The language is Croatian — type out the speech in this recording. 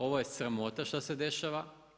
Ovo je sramota šta se dešava.